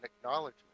acknowledgement